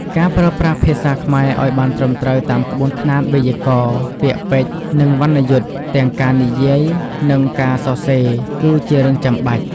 ការប្រើប្រាស់ភាសាខ្មែរឱ្យបានត្រឹមត្រូវតាមក្បួនខ្នាតវេយ្យាករណ៍ ពាក្យពេចន៍ និងវណ្ណយុត្តិ ទាំងការនិយាយ និងការសរសេរ គឺជារឿងចាំបាច់។